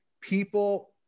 people